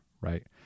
right